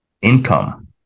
income